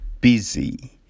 busy